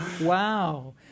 Wow